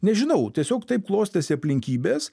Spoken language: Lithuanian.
nežinau tiesiog taip klostėsi aplinkybės